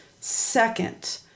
Second